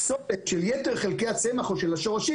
פסולת של יתר חלקי הצמח או של השורשים,